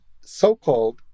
so-called